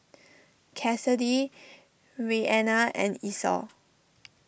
Kassidy Reanna and Esau